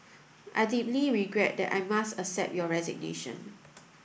I deeply regret that I must accept your resignation